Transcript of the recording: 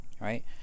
Right